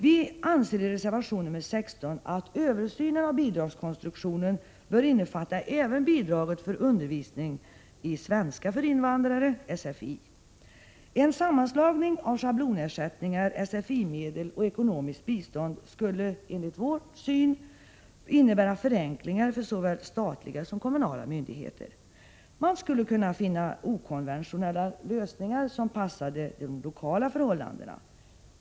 Vi framför i reservation 16 att översynen av bidragskonstruktionen bör innefatta även bidraget för undervisning i svenska för invandrare . En sammanslagning av schablonersättningar, SFI-medel och ekonomiskt bistånd enligt vårt förslag skulle innebära förenklingar för såväl statliga som kommunala myndigheter. Man skulle kunna finna okonventionella lösningar, som passade de lokala förhållandena.